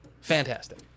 fantastic